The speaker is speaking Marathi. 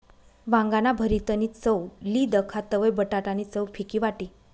वांगाना भरीतनी चव ली दखा तवयं बटाटा नी चव फिकी वाटी